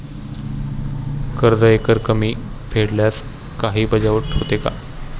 कर्ज एकरकमी फेडल्यास काही वजावट होणार का?